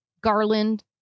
garland